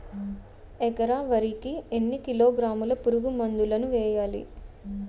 ఎకర వరి కి ఎన్ని కిలోగ్రాముల పురుగు మందులను వేయాలి?